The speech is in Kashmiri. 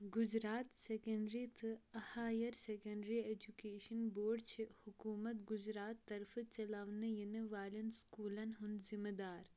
گُجرات سیكنٛڈری تہٕ ہایر سیكنٛڈری ایجوٗكیشن بورڈ چھِ حکوٗمت گُجرات طرفہٕ چلاونہٕ یِنہٕ والٮ۪ن سكوٗلن ہُنٛد ذِمہٕ دار